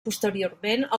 posteriorment